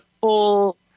full